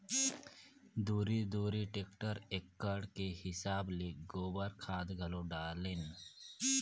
दूरी दूरी टेक्टर एकड़ के हिसाब ले गोबर खाद घलो डालेन